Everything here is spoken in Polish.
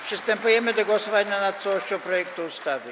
Przystępujemy do głosowania nad całością projektu ustawy.